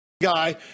guy